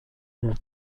ont